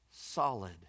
solid